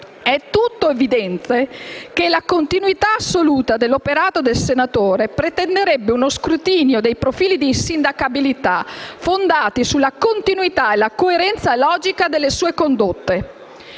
tutto evidente che la continuità assoluta dell'operato del senatore pretenderebbe uno scrutinio dei profili di insindacabilità fondati sulla continuità e la coerenza logica delle sue condotte.